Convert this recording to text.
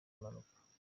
mpanuka